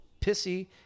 pissy